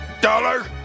dollar